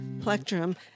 plectrum